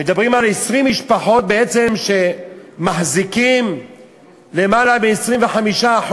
מדברים בעצם על 20 משפחות שמחזיקות למעלה מ-25%